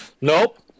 Nope